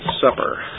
supper